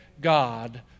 God